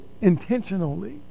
intentionally